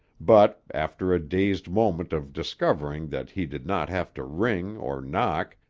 but, after a dazed moment of discovering that he did not have to ring or knock,